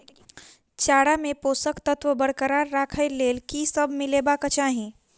चारा मे पोसक तत्व बरकरार राखै लेल की सब मिलेबाक चाहि?